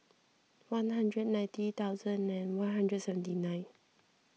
one hundred ninety thousand and one hundred seventy nine